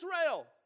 Israel